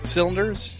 Cylinders